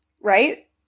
right